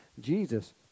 Jesus